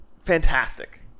fantastic